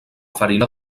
farina